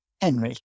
Henry